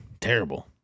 terrible